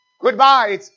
Goodbye